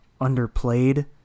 underplayed